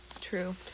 true